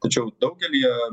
tačiau daugelyje